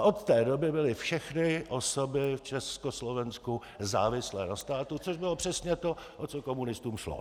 Od té doby byly všechny osoby v Československu závislé na státu, což bylo přesně to, o co komunistům šlo.